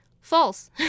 False